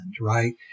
right